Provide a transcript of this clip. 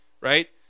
right